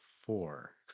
four